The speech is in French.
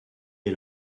des